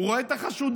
הוא רואה את החשודים,